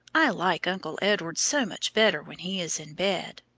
i like uncle edward so much better when he is in bed.